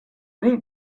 route